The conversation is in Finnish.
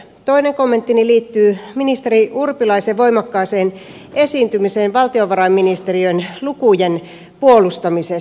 toinen kommenttini liittyy ministeri urpilaisen voimakkaaseen esiintymiseen valtiovarainministeriön lukujen puolustamisessa